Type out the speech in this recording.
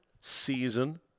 season